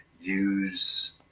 use